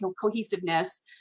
cohesiveness